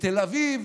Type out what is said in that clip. בתל אביב,